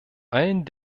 allen